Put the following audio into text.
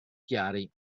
chiari